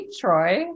Troy